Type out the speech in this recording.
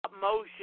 motion